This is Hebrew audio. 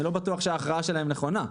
אני לא בטוח שההכרעה שלהם נכונה.